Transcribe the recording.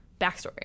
backstory